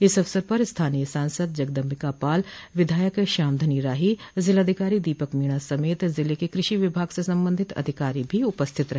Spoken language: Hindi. इस अवसर पर स्थानीय सांसद जगदम्बिका पाल विधायक श्याम धनी राही जिलाधिकारी दीपक मीणा समेत जिले के कृषि विभाग से संबंधित अधिकारी भी उपस्थित रहे